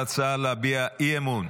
להצבעה על ההצעה להביע אי-אמון